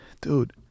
dude